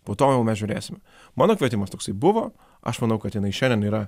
po to jau mes žiūrėsime mano kvietimas toksai buvo aš manau kad jinai šiandien yra